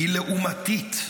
"היא לעומתית".